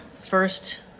first